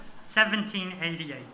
1788